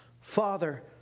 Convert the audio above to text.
Father